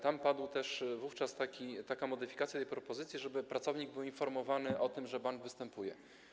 Tam padła też wówczas taka modyfikacja tej propozycji, żeby pracownik był informowany o tym, że bank o to występuje.